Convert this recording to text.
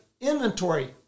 inventory